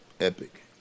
Epic